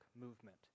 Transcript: movement